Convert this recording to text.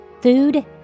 food